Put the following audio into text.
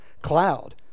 cloud